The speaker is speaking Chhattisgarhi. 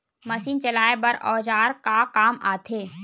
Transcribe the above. मशीन चलाए बर औजार का काम आथे?